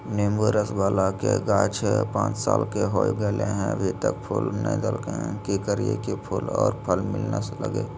नेंबू रस बाला के गाछ पांच साल के हो गेलै हैं अभी तक फूल नय देलके है, की करियय की फूल और फल मिलना लगे?